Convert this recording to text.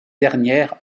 dernière